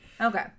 okay